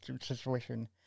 situation